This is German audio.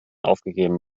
aufgegeben